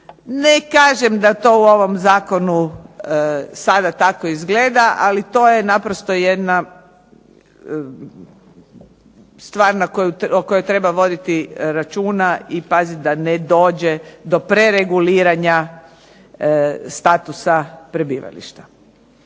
Ne kažem da to u ovom zakonu sada tako izgleda, ali to je naprosto jedna stvar o kojoj treba voditi računa i paziti da ne dođe do prereguliranja statusa prebivališta.